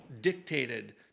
dictated